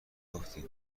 گفتی